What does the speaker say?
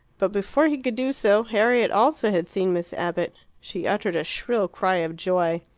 but before he could do so harriet also had seen miss abbott. she uttered a shrill cry of joy.